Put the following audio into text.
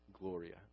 Gloria